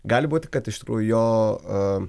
gali būti kad iš tikrųjų jo